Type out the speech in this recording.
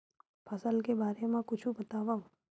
फसल के बारे मा कुछु बतावव